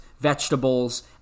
vegetables